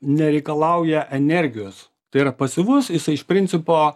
nereikalauja energijos tai yra pasyvus jisai iš principo